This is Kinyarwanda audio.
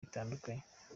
bitandukanye